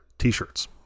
T-shirts